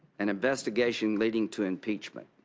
an investigation leading to impeachment.